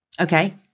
Okay